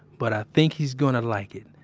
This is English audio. but i think he's gonna like it.